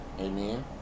Amen